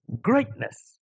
greatness